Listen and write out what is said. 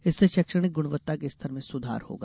इससे शैक्षणिक गुणवत्ता के स्तर में सुधार होगा